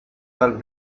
tal